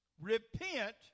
Repent